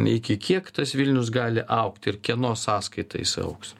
iki kiek tas vilnius gali augti ir kieno sąskaita jis augs